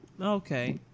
Okay